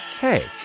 Hey